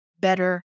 better